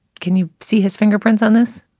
can you see his fingerprints on this?